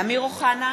אמיר אוחנה,